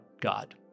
God